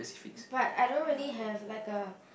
but I don't really have like a